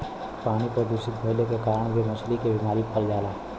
पानी प्रदूषित भइले के कारण भी मछली क बीमारी फइल जाला